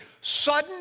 sudden